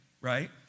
right